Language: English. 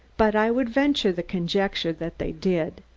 but i would venture the conjecture that they did.